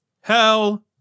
Hell